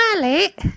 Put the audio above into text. Mallet